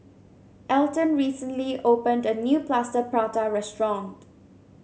Alton recently opened a new Plaster Prata restaurant